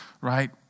right